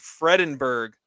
fredenberg